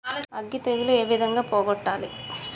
అగ్గి తెగులు ఏ విధంగా పోగొట్టాలి?